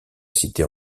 cité